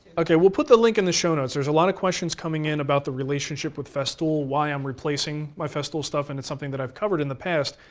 ok, we'll put the link in the show notes. there's a lot of questions coming in about the relationship with festool, why i'm replacing my festool stuff, and it's something i've covered in the past.